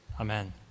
amen